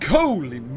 Holy